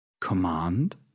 command